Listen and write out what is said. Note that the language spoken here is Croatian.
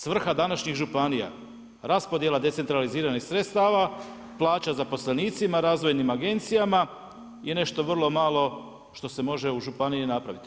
Svrha današnjih županija, raspodjela decentraliziranih sredstava, plaća zaposlenicima, razvojnim agencijama i nešto vrlo malo što se može u županiji napraviti.